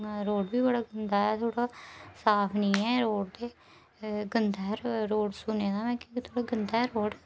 road बी बड्डा गंदा ऐ ते साफ नी ऐ रोड गंदा ऐ रोड सुने दा कि थोह्ड़ा गंदा ऐ रोड